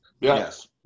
Yes